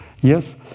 Yes